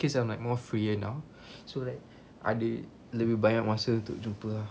cause I'm like more free right now so like ada lebih banyak masa untuk jumpa ah